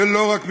ולא רק מבחוץ.